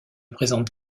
présente